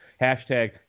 Hashtag